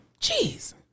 Jeez